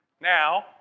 Now